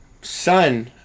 Son